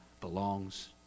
belongs